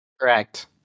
Correct